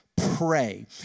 pray